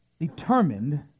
determined